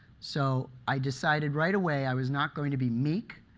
so i decided right away i was not going to be meek,